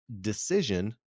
decision